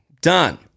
done